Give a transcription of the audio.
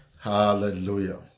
Hallelujah